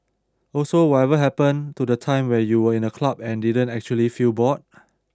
also whatever happened to the time when you were in a club and didn't actually feel bored